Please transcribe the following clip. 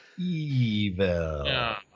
Evil